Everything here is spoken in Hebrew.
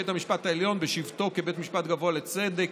בית המשפט העליון בשבתו כבית משפט גבוה לצדק,